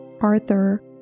Arthur